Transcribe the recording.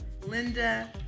Linda